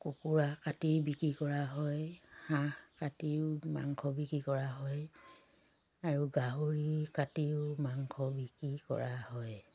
কুকুৰা কাটি বিক্ৰী কৰা হয় হাঁহ কাটিও মাংস বিক্ৰী কৰা হয় আৰু গাহৰি কাটিও মাংস বিক্ৰী কৰা হয়